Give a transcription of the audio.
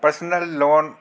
personal loan